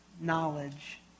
knowledge